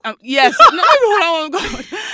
Yes